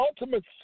ultimate